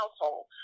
household